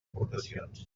aportacions